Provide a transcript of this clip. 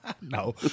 No